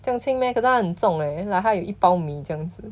这样轻 meh 可是它很重 leh like 他有一包米这样子